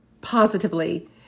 positively